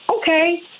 okay